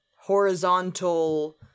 horizontal